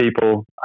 people